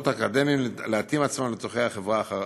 האקדמיים להתאים עצמם לצורכי החברה הערבית.